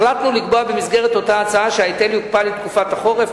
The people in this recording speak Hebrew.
החלטנו לקבוע במסגרת אותה הצעה שההיטל יוקפא לתקופת החורף,